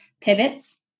pivots